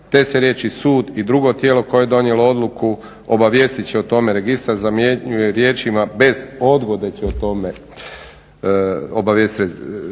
te se riječi sud i drugo tijelo koje je donijelo odluku obavijestiti će o tome registar, zamjenjuje riječima bez odgode će o tome obavijestiti